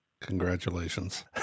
Congratulations